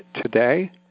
today